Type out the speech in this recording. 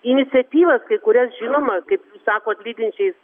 iniciatyvas kai kurias žinoma kaip jūs sakot lydinčiais